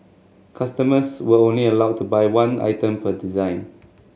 customers were only allowed to buy one item per design